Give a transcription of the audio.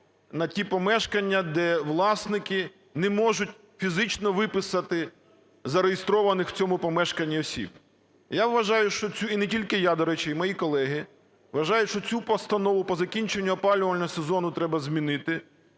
на ті помешкання, де власники не можуть фізично виписати зареєстрованих в цьому помешканні осіб. Я вважаю, що цю, і не тільки я, до речі, і мої колеги вважають, що цю постанову по закінченню опалювального сезону треба змінити